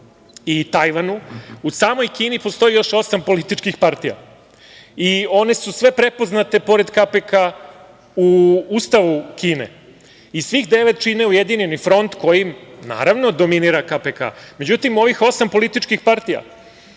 i Tajvanu, u samoj Kini postoji još osam političkih partija i one su sve prepoznate, pored KPK u Ustavu Kine i svih devet čine ujedinjeni front kojim, naravno, dominira KPK.Međutim, ovih osam političkih partija